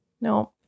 no